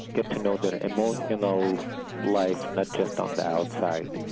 get to know their emotional life not just on the outside,